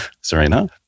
Serena